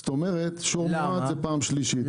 זאת אומרת, הוא מעד פעם שלישית.